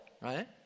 right